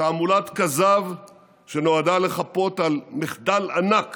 תעמולת כזב שנועדה לחפות על מחדל ענק